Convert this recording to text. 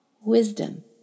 Wisdom